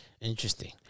Interesting